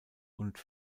und